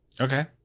Okay